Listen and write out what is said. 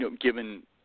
given